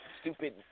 stupid